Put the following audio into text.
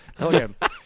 okay